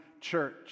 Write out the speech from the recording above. church